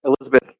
Elizabeth